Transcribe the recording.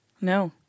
No